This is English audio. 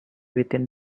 within